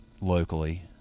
locally